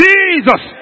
Jesus